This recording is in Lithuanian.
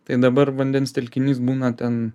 tai dabar vandens telkinys būna ten